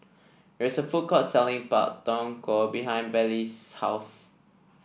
there is a food court selling Pak Thong Ko behind Bailee's house